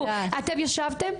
--- אתם ישבתם?